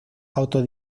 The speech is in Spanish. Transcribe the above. auto